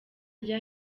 rya